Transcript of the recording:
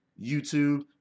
YouTube